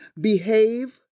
behave